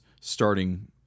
starting